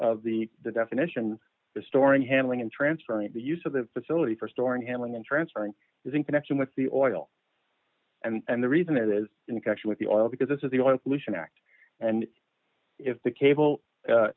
of the definition restoring handling and transferring the use of the facility for storing handling and transferring is in connection with the oil and the reason it is in connection with the oil because this is the only pollution act and if the cable